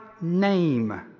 name